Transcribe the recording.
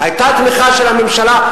היתה תמיכה של הממשלה,